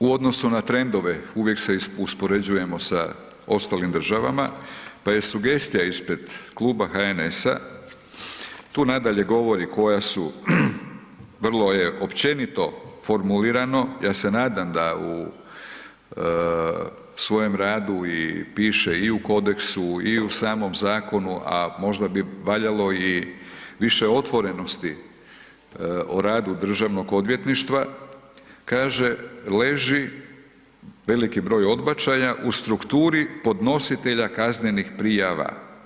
U odnosu na trendove, uvijek se uspoređujemo sa ostalim državama pa je sugestija ispred kluba HNS-a, tu nadalje govori koja su vrlo je općenito formulirano, ja se nadam da u svojem radu i piše i u kodeksu i u samom zakonu a možda bi valjalo i više otvorenosti o radu Državnog odvjetništva, kaže leži veliki broj odbačaja u strukturi podnositelja kaznenih prijava.